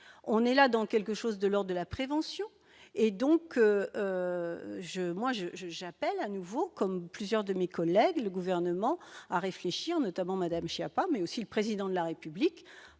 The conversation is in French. on est là dans quelque chose de l'or de la prévention et donc je, moi je, je, j'appelle à nouveau, comme plusieurs de mes collègues le gouvernement à réfléchir notamment Madame Schiappa mais aussi le président de la République